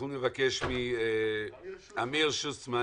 אנחנו נבקש מאמיר שוצמן,